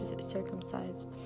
circumcised